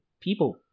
People